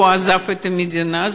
והוא עזב את המדינה.